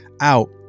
out